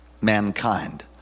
mankind